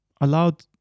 allowed